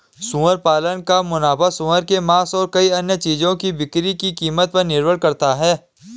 सुअर पालन का मुनाफा सूअर के मांस और कई अन्य चीजों की बिक्री की कीमत पर निर्भर करता है